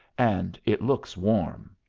and it looks warm.